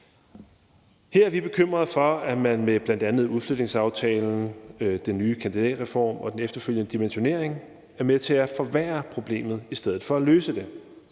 Her er vi bekymret for, at man med bl.a. udflytningsaftalen, den nye kandidatreform og den efterfølgende dimensionering er med til at forværre problemet i stedet for at løse det.